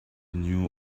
knew